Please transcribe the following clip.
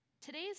Today's